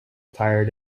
tired